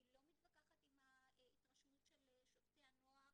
אני לא מתווכחת עם ההתרשמות של שופטי הנוער